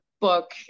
book